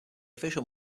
official